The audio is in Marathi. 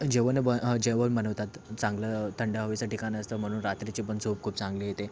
जेवण ब जेवण बनवतात चांगलं थंड हवेचं ठिकाण असतं म्हणून रात्रीची पण झोप खूप चांगली येते